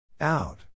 out